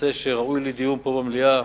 נושא שראוי לדיון פה במליאה,